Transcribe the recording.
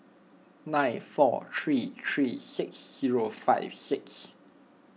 nine four three three six zero five six